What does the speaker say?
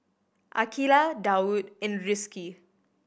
Aqilah Daud and Rizqi